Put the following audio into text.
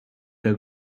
der